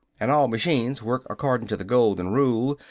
and all machines work accordin' to the golden rule,